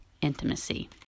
intimacy